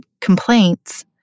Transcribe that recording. complaints